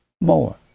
more